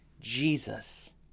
Jesus